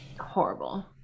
horrible